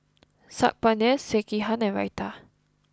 Saag Paneer Sekihan and Raita